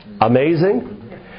amazing